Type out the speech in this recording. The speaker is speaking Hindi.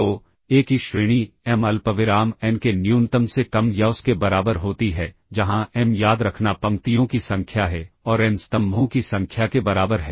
तो ए की श्रेणी एम अल्पविराम एन के न्यूनतम से कम या उसके बराबर होती है जहाँ एम याद रखना पंक्तियों की संख्या है और एन स्तंभों की संख्या के बराबर है